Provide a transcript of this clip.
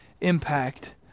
impact